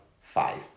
five